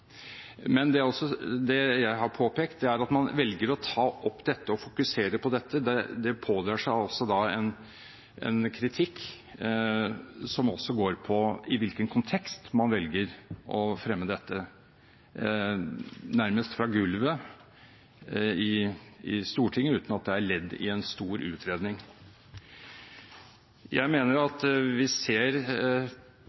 at når man velger å ta opp dette og fokusere på det, pådrar man seg en kritikk som også går på i hvilken kontekst man velger å fremme dette – nærmest fra gulvet i Stortinget, uten at det er ledd i en stor utredning. Jeg mener